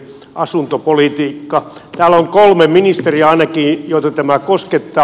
täällä on ainakin kolme ministeriä joita tämä koskettaa